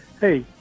hey